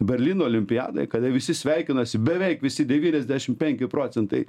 berlyno olimpiadoj kada visi sveikinasi beveik visi devyniasdešim penki procentai